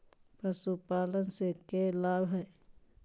पशुपालन से के लाभ हय?